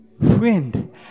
wind